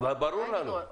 ברור לנו.